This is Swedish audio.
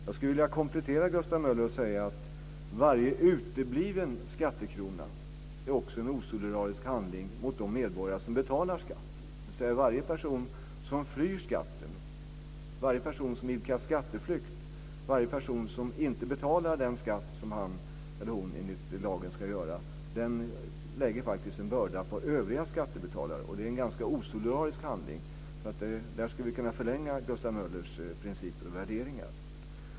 Jag skulle vilja komplettera Gustav Möller och säga att varje utebliven skattekrona är också en osolidarisk handling mot de medborgare som betalar skatt, dvs. att varje person som flyr skatten, varje person som idkar skatteflykt, varje person som inte betalar den skatt som han eller hon enligt lagen ska göra, lägger faktiskt en börda på övriga skattebetalare. Det är en ganska osolidarisk handling. Där skulle vi kunna förlänga Gustav Möllers principer och värderingar.